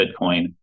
Bitcoin